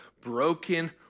broken